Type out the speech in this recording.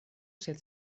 sed